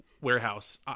warehouse